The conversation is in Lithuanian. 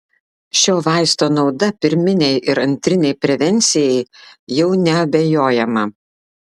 šio vaisto nauda pirminei ir antrinei prevencijai jau neabejojama